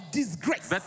disgrace